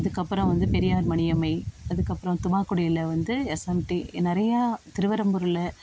அதுக்கப்புறம் வந்து பெரியார் மணியம்மை அதுக்கப்புறம் துவாக்குடியில் வந்து எஸ்என்டி நிறையா திருவெறும்பூரில்